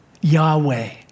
Yahweh